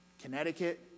Connecticut